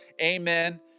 amen